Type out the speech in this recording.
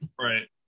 Right